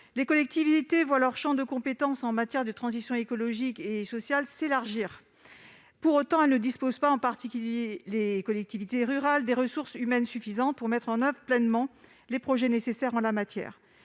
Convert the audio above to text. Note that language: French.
Les collectivités voient leur champ de compétences en matière de transition écologique et sociale s'élargir. Pour autant, elles ne disposent pas, en particulier les collectivités rurales, des ressources humaines suffisantes pour mettre en oeuvre pleinement les projets nécessaires en la matière.